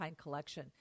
collection